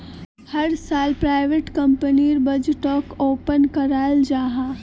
हर साल प्राइवेट कंपनीर बजटोक ओपन कराल जाहा